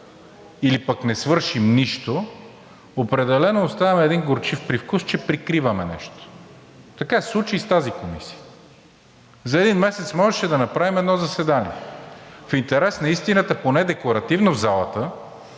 или не свършим нищо, определено оставяме един горчив привкус, че прикриваме нещо. Така се случи и с тази комисия. За един месец можеше да направим едно заседание. В интерес на истината, поне декларативно в залата,